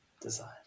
design